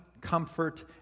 comfort